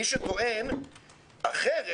מי שטוען אחרת,